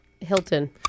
Hilton